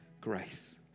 grace